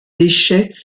déchets